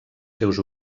seus